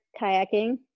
kayaking